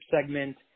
segment